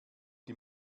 die